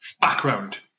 background